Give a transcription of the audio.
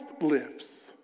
lives